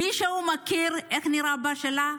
מישהו יודע איך נראה אבא שלה?